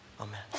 Amen